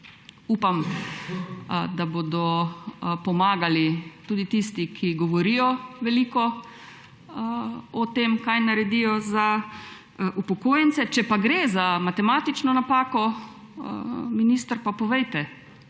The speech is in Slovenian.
Upam, da bodo pomagali tudi tisti, ki veliko govorijo o tem, kaj naredijo za upokojence. Če gre za matematično napako, minister, pa povejte,